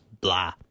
blah